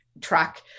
track